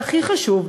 והכי חשוב,